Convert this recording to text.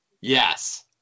Yes